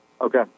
Okay